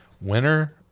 Winner